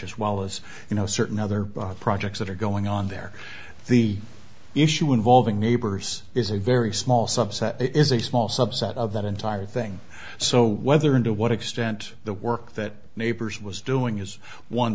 as well as you know certain other projects that are going on there the issue involving neighbors is a very small subset it is a small subset of that entire thing so whether and to what extent the work that neighbors was doing